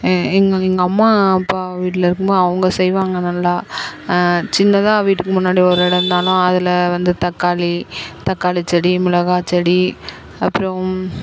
எங்கள் எங்கள் அம்மா அப்பா வீட்டில் இருக்கும்போது அவங்க செய்வாங்க நல்லா சின்னதாக வீட்டுக்கு முன்னாடி ஒரு இடம் இருந்தாலும் அதில் வந்து தக்காளி தக்காளிச்செடி மிளகாய்ச்செடி அப்புறம்